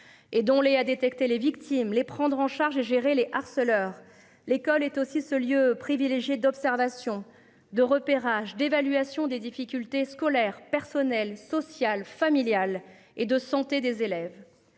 Et dont les à détecter les victimes les prendre en charge et gérer les harceleurs. L'école est aussi ce lieu privilégié d'observation de repérage d'évaluation des difficultés scolaires personnel sociale familiale et de santé des élèves.